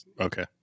okay